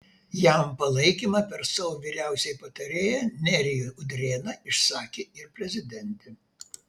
jam palaikymą per savo vyriausiąjį patarėją nerijų udrėną išsakė ir prezidentė